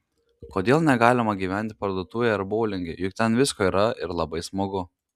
kodėl negalima gyventi parduotuvėje ar boulinge juk ten visko yra ir labai smagu